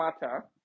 matter